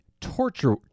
torture